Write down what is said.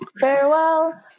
farewell